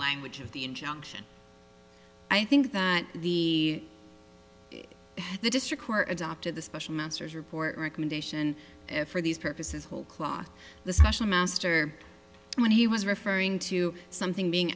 language of the injunction i think that the the district court adopted the special report recommendation for these purposes whole cloth the special master when he was referring to something being